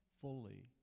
fully